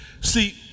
see